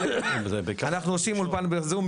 אנחנו עושים אולפן בזום,